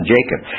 Jacob